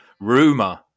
Rumor